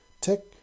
Tick